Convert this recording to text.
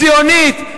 ציונית,